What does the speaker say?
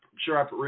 sure